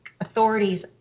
authorities